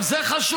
גם זה חשוב.